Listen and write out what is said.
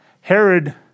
Herod